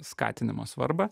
skatinimo svarbą